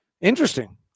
Interesting